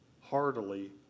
heartily